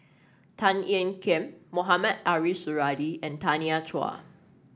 Tan Ean Kiam Mohamed Ariff Suradi and Tanya Chua